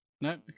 No